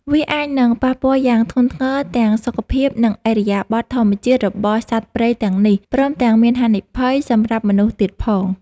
វាអាចនឹងប៉ះពាល់យ៉ាងធ្ងន់ធ្ងរទាំងសុខភាព និងឥរិយាបថធម្មជាតិរបស់សត្វព្រៃទាំងនេះ ព្រមទាំងមានហានិភ័យសម្រាប់មនុស្សទៀតផង។